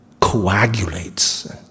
coagulates